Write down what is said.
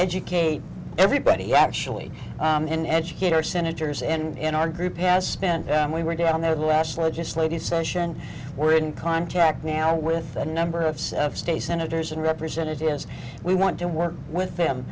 educate everybody actually and educate our senators and our group has spent we were down there the ash legislative session we're in contact now with a number of state senators and representatives we want to work with them